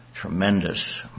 tremendous